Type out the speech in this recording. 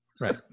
Right